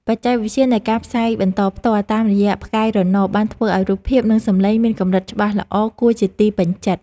បច្ចេកវិទ្យានៃការផ្សាយបន្តផ្ទាល់តាមរយៈផ្កាយរណបបានធ្វើឱ្យរូបភាព និងសំឡេងមានកម្រិតច្បាស់ល្អគួរជាទីពេញចិត្ត។